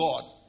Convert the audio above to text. God